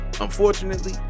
Unfortunately